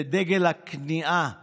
זה דגל הכניעה שלכם,